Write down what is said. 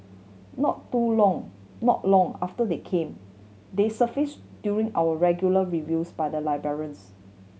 not too long not long after they came they surfaced during our regular reviews by the librarians